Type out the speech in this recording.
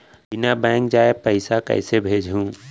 बिना बैंक जाए पइसा कइसे भेजहूँ?